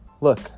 Look